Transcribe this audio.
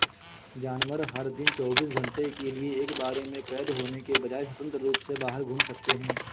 जानवर, हर दिन चौबीस घंटे के लिए एक बाड़े में कैद होने के बजाय, स्वतंत्र रूप से बाहर घूम सकते हैं